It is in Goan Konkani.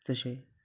जशें